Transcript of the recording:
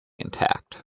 intact